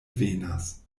venas